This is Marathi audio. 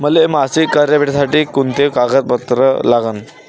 मले मासिक कर्ज भेटासाठी का कुंते कागदपत्र लागन?